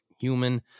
human